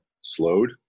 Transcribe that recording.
slowed